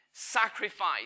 sacrifice